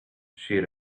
she